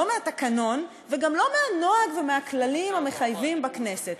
לא מהתקנון וגם לא מהנוהג ומהכללים המחייבים בכנסת.